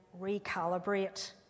recalibrate